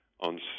on